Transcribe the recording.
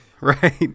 Right